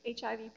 HIV